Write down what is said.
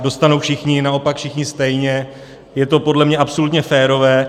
Dostanou všichni, naopak všichni stejně, je to podle mě absolutně férové.